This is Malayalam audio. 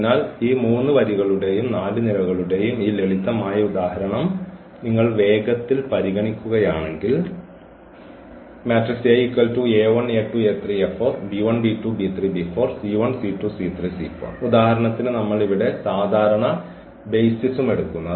അതിനാൽ ഈ 3 വരികളുടെയും 4 നിരകളുടെയും ഈ ലളിതമായ ഉദാഹരണം നിങ്ങൾ വേഗത്തിൽ പരിഗണിക്കുകയാണെങ്കിൽ ഉദാഹരണത്തിന് നമ്മൾ ഇവിടെ സാധാരണ ബെയ്സിസും എടുക്കുന്നു